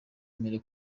mpere